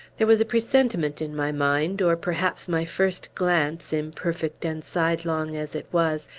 there was a presentiment in my mind or perhaps my first glance, imperfect and sidelong as it was,